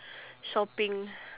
shopping